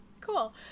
cool